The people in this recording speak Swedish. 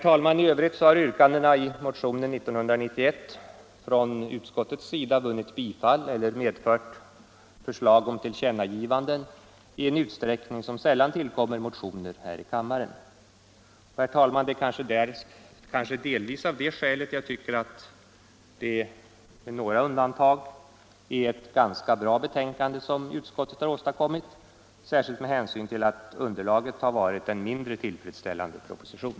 I övrigt har yrkandena i motionen 1991 tillstyrkts eller medfört förslag om tillkännagivanden för regeringen i en utsträckning som sällan tillkommer motioner här i kammaren. Kanske delvis av detta skäl tycker jag att det — med några undantag — är ett ganska bra betänkande som justitieutskottet har åstadkommit, särskilt med hänsyn till att underlaget varit en mindre tillfredsställande proposition.